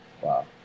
Wow